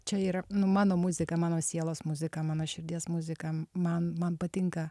čia yra nu mano muzika mano sielos muzika mano širdies muzika man man patinka